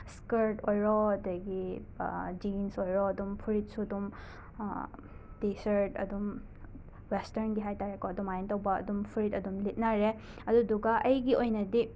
skirt ꯑꯣꯏꯔꯣ ꯑꯗꯒꯤ jeans ꯑꯣꯏꯔꯣ ꯑꯗꯨꯝ ꯐꯨꯔꯤꯠꯁꯨ ꯑꯗꯨꯝ ꯇꯤ ꯁꯔꯠ ꯑꯗꯨꯝ ꯋꯦꯁꯇꯔꯟꯒꯤ ꯍꯥꯏ ꯇꯥꯔꯦꯀꯣ ꯑꯗꯨꯃꯥꯏꯅ ꯇꯧꯕ ꯑꯗꯨꯝ ꯐꯨꯔꯤꯠ ꯑꯗꯨꯝ ꯂꯤꯠꯅꯔꯦ ꯑꯗꯨꯗꯨꯒ ꯑꯩꯒꯤ ꯑꯣꯏꯅꯗꯤ